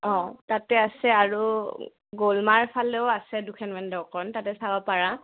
অঁ তাতে আছে আৰু গ'লমাৰ ফালেও আছে দুখনমান দোকান তাতে চাব পাৰা